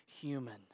human